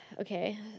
Okay